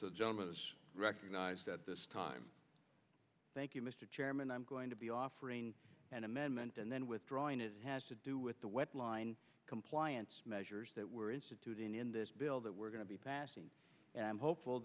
is recognized at this time thank you mr chairman i'm going to be offering an amendment and then withdrawing it has to do with the wet line compliance measures that were instituted in this bill that we're going to be passing and i'm hopeful